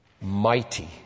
mighty